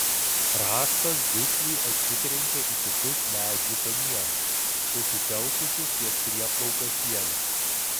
rąstas dusliai atsitrenkė į kitus medžių kamienus susitelkusius ties prieplauka sieliams